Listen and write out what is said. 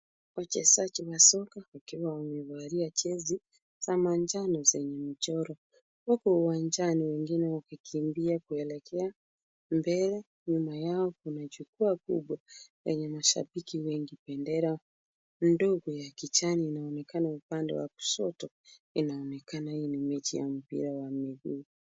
Wachezaji wa soka wakiwa wamevalia jezi za manjano zenye michoro, wako uwanjani wengine wakikimbia kuelekea mbele. Nyuma yao kuna jukwaa kubwa lenye mashabiki wengi. Bendera ndogo ya kijani inaonekana upande wa kushoto. Inaonekana hii ni mechi ya mpira wa miguu.